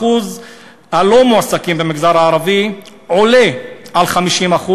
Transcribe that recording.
אחוז הלא-מועסקים במגזר הערבי עולה על 50%,